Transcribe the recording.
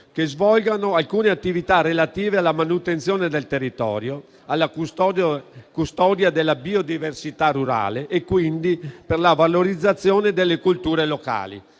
che svolgano alcune attività relative alla manutenzione del territorio e alla custodia della biodiversità rurale e quindi per la valorizzazione delle culture locali.